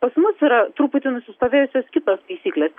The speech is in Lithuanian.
pas mus yra truputį nusistovėjusios kitos taisyklės